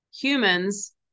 humans